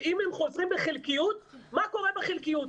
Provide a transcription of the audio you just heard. שאם הם חוזרים לחלקיות, מה קורה בחלקיות.